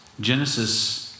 Genesis